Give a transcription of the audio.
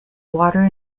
water